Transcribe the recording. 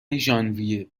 ژانویه